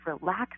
relax